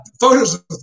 photos